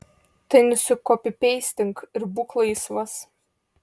tai nusikopipeistink ir būk laisvas